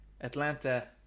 Atlanta